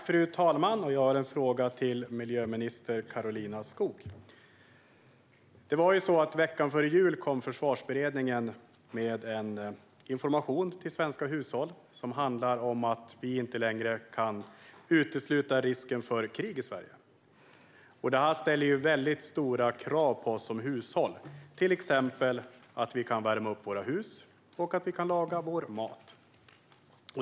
Fru talman! Jag har en fråga till miljöminister Karolina Skog. Veckan före jul kom Försvarsberedningen med information till svenska hushåll som handlade om att vi inte längre kan utesluta risken för krig i Sverige. Det här ställer väldigt stora krav på oss som hushåll, till exempel när det gäller att vi ska kunna värma upp våra hus och laga vår mat.